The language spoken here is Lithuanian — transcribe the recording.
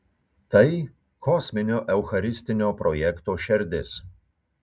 tai kosminio eucharistinio projekto šerdis